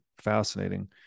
fascinating